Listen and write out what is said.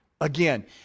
again